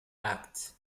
act